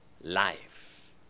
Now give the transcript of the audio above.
life